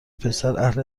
پسراهل